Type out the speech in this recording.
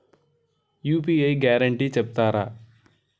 UPI guarantee చెప్తారా?